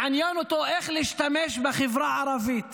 מעניין איך להשתמש בחברה הערבית